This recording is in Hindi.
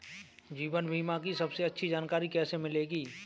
जीवन बीमा की सबसे अच्छी जानकारी कैसे मिलेगी?